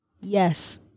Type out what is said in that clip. Yes